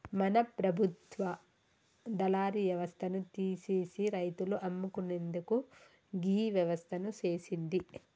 మన ప్రభుత్వ దళారి యవస్థను తీసిసి రైతులు అమ్ముకునేందుకు గీ వ్యవస్థను సేసింది